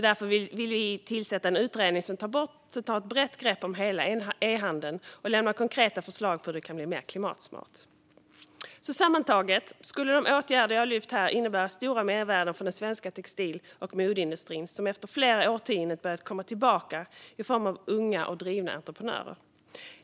Därför vill vi tillsätta en utredning som tar ett brett grepp om hela ehandeln och lämnar konkreta förslag på hur den kan bli mer klimatsmart. Sammantaget skulle de åtgärder jag har lyft här innebära stora mervärden för den svenska textil och modeindustrin som efter flera årtionden börjat komma tillbaka i form av unga och drivna entreprenörer.